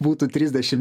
būtų trisdešim